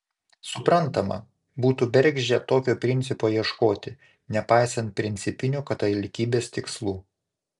suprantama būtų bergždžia tokio principo ieškoti nepaisant principinių katalikybės tikslų